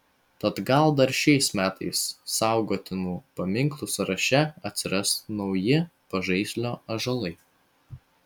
tad gal dar šiais metais saugotinų paminklų sąraše atsiras nauji pažaislio ąžuolai